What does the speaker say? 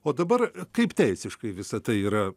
o dabar kaip teisiškai visa tai yra